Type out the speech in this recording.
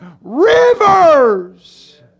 rivers